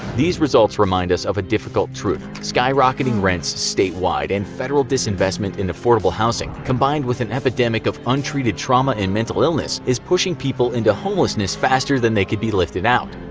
these results remind us of a difficult truth skyrocketing rents statewide and federal disinvestment in affordable housing, combined with an epidemic of untreated trauma and mental illness, is pushing people into homelessness faster than they can be lifted out.